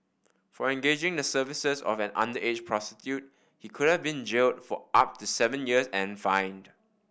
for engaging the services of an underage prostitute he could have been jailed for up to seven years and fined